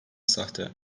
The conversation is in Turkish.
sahte